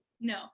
no